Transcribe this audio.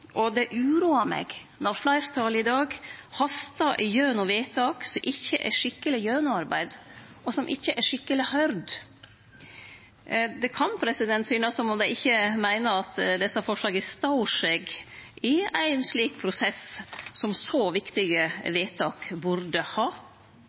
Og det uroar meg når fleirtalet i dag hastar gjennom vedtak som ikkje er skikkeleg gjennomarbeidde, og som ikkje er skikkeleg høyrde. Det kan synast som om dei ikkje meiner at desse forslaga står seg i ein slik prosess som så viktige